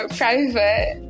private